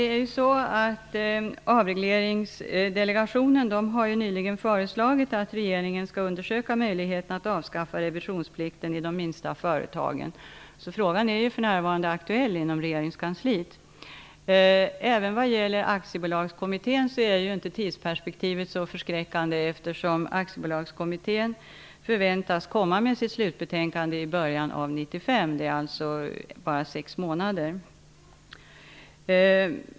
Fru talman! Avregleringsdelegationen har nyligen föreslagit att regeringen skall undersöka möjligheten att avskaffa revisionsplikten för de minsta företagen. Frågan är alltså för närvarande aktuell inom regeringskansliet. Även när det gäller Aktiebolagskommittén är tidsperspektivet inte så förskräckande, eftersom kommittén väntas komma med sitt slutbetänkande i början av 1995, alltså om bara sex månader.